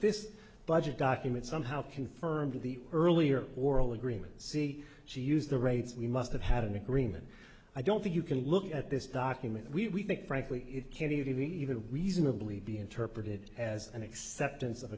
this budget document somehow confirmed the earlier oral agreement see she used the rates we must have had an agreement i don't think you can look at this document we think frankly it can't even reasonably be interpreted as an acceptance